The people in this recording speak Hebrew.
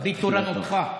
בתורנותך.